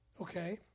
Okay